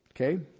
Okay